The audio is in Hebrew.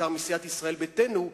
בעיקר מסיעת ישראל ביתנו,